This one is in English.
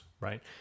Right